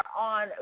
on